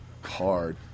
hard